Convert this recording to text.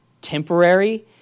temporary